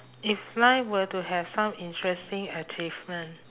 if life were to have some interesting achievement